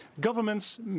Governments